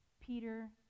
Peter